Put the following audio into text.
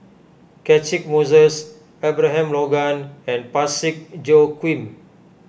Catchick Moses Abraham Logan and Parsick Joaquim